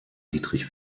dietrich